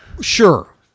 Sure